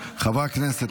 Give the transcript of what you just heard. חברי הכנסת,